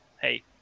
hey